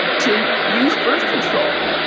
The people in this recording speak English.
to use birth control.